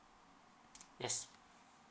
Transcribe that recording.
yes